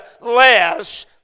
less